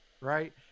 right